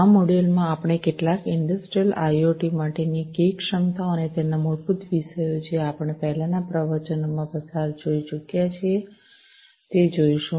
આ મોડ્યુલમાં આપણે કેટલાક ઇંડસ્ટ્રિયલ આઇઓટી માટેના કી સક્ષમતાઓ અને તેના મૂળભૂત વિષયો જે આપણે પહેલાના પ્રવચનોમાં પસાર જોઈ ચૂક્યા છે તે જોઈશું